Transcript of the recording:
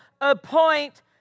appoint